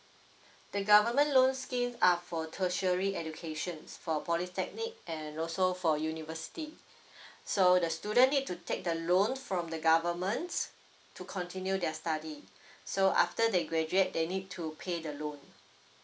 the government loan scheme are for tertiary education for polytechnic and also for university so the student need to take the loan from the government to continue their study so after they graduate they need to pay the loan